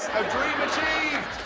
dream achieved.